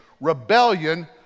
Rebellion